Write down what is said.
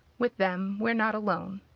with them we're not alone.